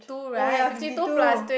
oh ya fifty two